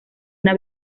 una